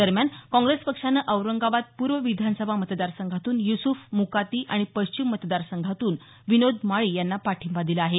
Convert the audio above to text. दरम्यान काँग्रेस पक्षानं औरंगाबाद पूर्व विधानसभा मतदारसंघातून युसुफ मुकाती आणि पश्चिम मतदारसंघातून विनोद माळी यांना पाठिंबा दिला आहे